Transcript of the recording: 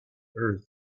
earth